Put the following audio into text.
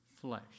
flesh